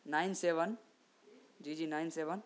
nine seven G G nine seven